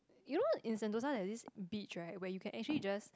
you know in sentosa there's this beach right where you can actually just